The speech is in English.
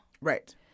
Right